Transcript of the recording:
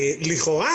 לכאורה,